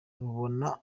rubona